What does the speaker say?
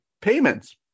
payments